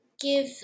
give